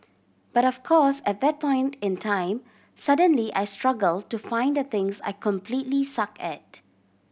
but of course at that point in time suddenly I struggle to find the things I completely suck at